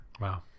Wow